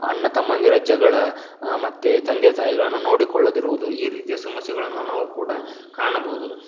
ಅಣ್ಣ ತಮ್ಮಂದಿರ ಜಗಳ ಮತ್ತು ತಂದೆ ತಾಯಿಗಳನ್ನು ನೋಡಿಕೊಳ್ಳದಿರುವುದು ಈ ರೀತಿಯ ಸಮಸ್ಯೆಗಳನ್ನು ನಾವು ಕೂಡ ಕಾಣಬಹುದು